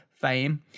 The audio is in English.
fame